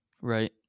Right